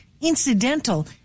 incidental